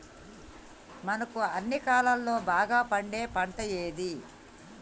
మనకు అన్ని కాలాల్లో బాగా పండే పంట ఏది?